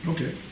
Okay